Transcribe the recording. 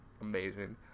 amazing